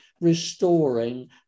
restoring